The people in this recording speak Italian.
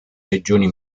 regioni